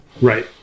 Right